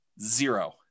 zero